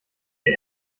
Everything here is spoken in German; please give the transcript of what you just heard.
der